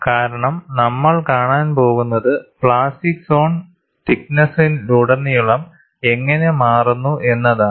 കാരണം നമ്മൾ കാണാൻ പോകുന്നത് പ്ലാസ്റ്റിക് സോൺ തിക്നെസിലുടനീളം എങ്ങനെ മാറുന്നു എന്നതാണ്